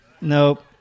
Nope